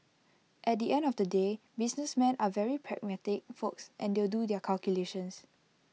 at the end of the day businessmen are very pragmatic folks and they'll do their calculations